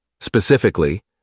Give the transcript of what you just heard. Specifically